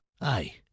Aye